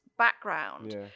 Background